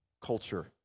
culture